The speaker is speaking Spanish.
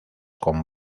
con